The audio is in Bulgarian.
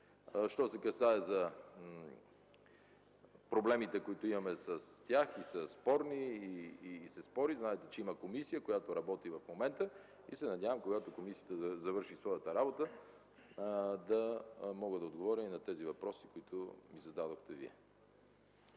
Що се касае за проблемите, които имаме с тях и се спори. Знаете, че има комисия, която работи в момента, и се надявам, когато комисията завърши своята работа, да мога да отговоря и на тези въпроси, които ми зададохте Вие.